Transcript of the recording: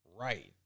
right